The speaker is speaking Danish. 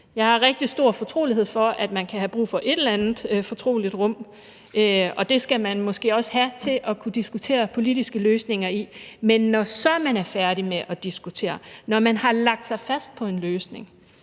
Jeg har rigtig stor forståelse for, at man kan have brug for et eller andet fortroligt rum, og det skal man måske også have til at kunne diskutere politiske løsninger i, men når man så er færdig med at diskutere, når man har lagt sig fast på en løsning,